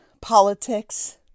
politics